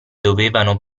dovevano